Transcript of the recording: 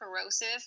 corrosive